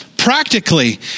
Practically